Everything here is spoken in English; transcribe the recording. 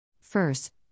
First